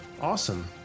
Awesome